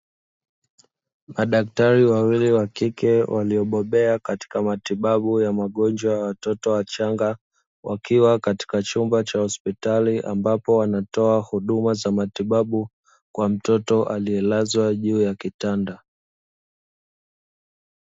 Madaktari wawili wa kike waliobobea katika matibabu ya magonjwa ya watoto wachanga, wakiwa katika chumba cha hospitali, ambapo wanatoa huduma za matibabu kwa mtoto aliyelazwa juu ya kitanda.